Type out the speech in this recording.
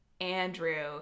Andrew